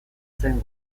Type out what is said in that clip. zen